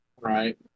Right